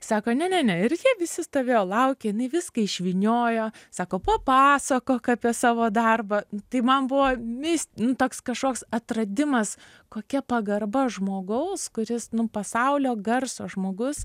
sako ne ne ne ir jie visi stovėjo laukė jinai viską išvyniojo sako papasakok apie savo darbą tai man buvo mis nu toks kažkoks atradimas kokia pagarba žmogaus kuris nu pasaulio garso žmogus